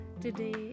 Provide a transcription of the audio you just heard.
today